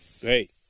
great